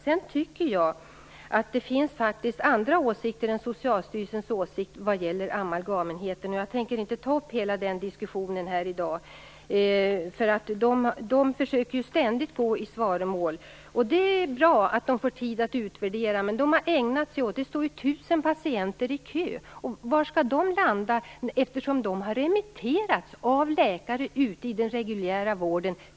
Sedan tycker jag faktiskt att det finns andra åsikter än Socialstyrelsens när det gäller amalgamenheten. Jag tänker inte ta upp hela den diskussionen här i dag, men de försöker ständigt gå i svaromål. Det är bra att de får tid att utvärdera, men det ju står 1000 patienter i kö. Var skall de landa? Dessa människor har ju remitterats till amalgamenheten av läkare ute i den reguljära vården.